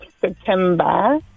September